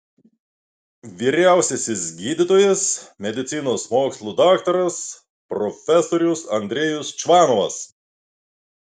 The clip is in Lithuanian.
vyriausiasis gydytojas medicinos mokslų daktaras profesorius andrejus čvanovas